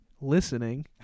listening